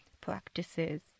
practices